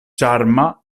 ĉarma